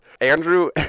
Andrew